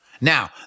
Now